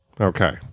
Okay